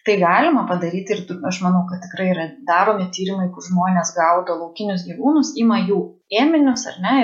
tai galima padaryti ir tu aš manau kad tikrai yra daromi tyrimai kur žmonės gaudo laukinius gyvūnus ima jų ėminius ar ne